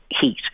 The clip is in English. heat